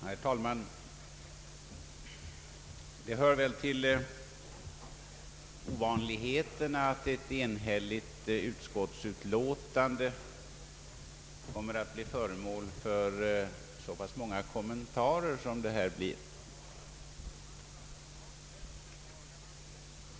Herr talman! Det hör väl till ovanligheterna att ett enhälligt utskottsutlåtande blir föremål för så många kommentarer som det här utlåtandet kommer att bli.